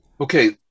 Okay